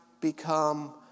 become